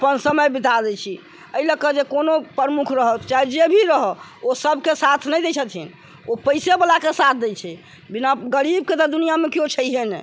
अपन समय बिता दै छी एहि लऽ कऽ जे कोनो प्रमुख रहौथ चाहे जेभी रहऽ ओ सभके साथ नहि दै छथिन ओ पैसे बलाके साथ दै छै बिना गरीबके तऽ दुनिआ मे केओ छैयै नहि